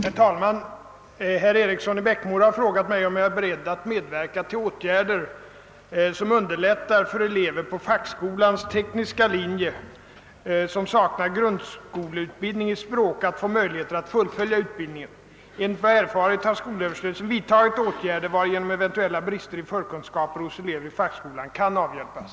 Herr talman! Herr' Eriksson i Bäckmora har frågat mig om jag är beredd att medverka till åtgärder som underlättar för elever på fackskolans tekniska linje som saknar grundskoleutbildning i språk att få möjligheter att fullfölja utbildningen. Enligt vad jag erfarit har skolöverstyrelsen vidtagit åtgärder varigenom eventuella brister i förkunskaper hos elever i fackskolan kan avhjälpas.